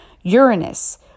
Uranus